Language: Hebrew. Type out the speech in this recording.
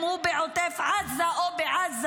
אם הוא בעוטף עזה או בעזה.